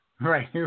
Right